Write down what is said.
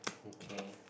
okay